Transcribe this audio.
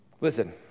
Listen